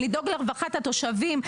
לדאוג לרווחת התושבים,